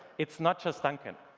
it's not just dunkin,